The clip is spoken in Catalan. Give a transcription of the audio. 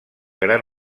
gran